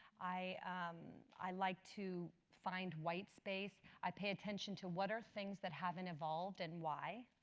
i i like to find white space. i pay attention to what are things that haven't evolved and why?